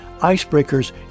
Icebreakers